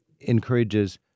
encourages